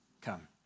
come